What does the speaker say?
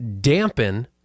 dampen